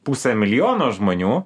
pusė milijono žmonių